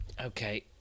Okay